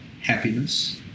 happiness